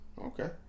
okay